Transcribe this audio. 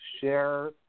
share